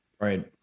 Right